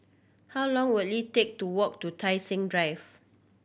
how long will it take to walk to Tai Seng Drive